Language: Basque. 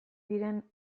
diren